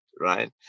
right